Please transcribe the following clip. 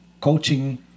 coaching